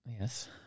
Yes